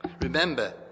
Remember